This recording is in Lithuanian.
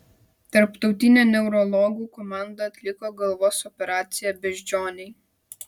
tarptautinė neurologų komanda atliko galvos operaciją beždžionei